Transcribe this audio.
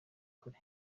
kure